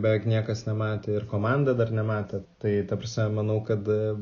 beveik niekas nematė ir komanda dar nematė tai ta prasme manau kad